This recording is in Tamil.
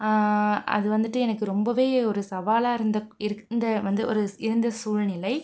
அது வந்துட்டு எனக்கு ரொம்பவே ஒரு சவாலாக இருந்த இருந்த வந்து ஒரு இருந்த சூழ்நிலை